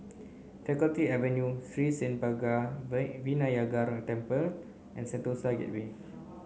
Faculty Avenue Sri Senpaga Vinayagar Temple and Sentosa Gateway